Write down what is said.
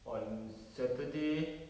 on saturday